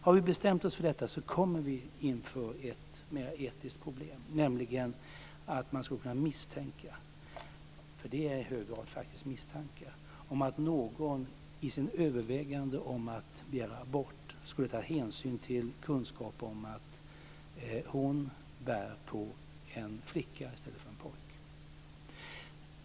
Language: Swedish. Har vi bestämt oss för detta kommer vi inför ett annat etiskt problem, nämligen att man skulle kunna misstänka, för det är i hög grad faktiskt bara fråga om misstankar, att någon i sitt övervägande om att begära abort skulle ta hänsyn till kunskap om att hon bär på en flicka i stället för en pojke.